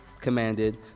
commanded